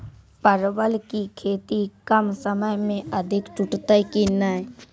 परवल की खेती कम समय मे अधिक टूटते की ने?